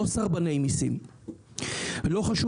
למי